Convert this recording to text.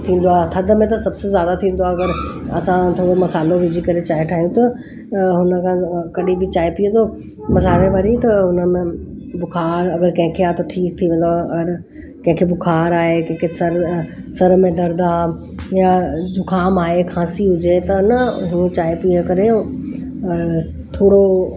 थींदो आहे थदि में त सबसे ज्यादा थींदो आहे अगरि असां थोरो मसालो विझी करे चांहि ठाहियूं त अ हुन खां कॾहिं बि चांहि पीअंदव मसाले वारी त हुनमें बुखार अगरि कंहिंखे आहे त ठीकु थी वेंदो आहे और कंहिंखे बुखार आहे कंहिंखे सर सर में दर्द आहे या जुकाम आहे खांसी हुजे त न हूअ चांहि पीअ करे अ थोरो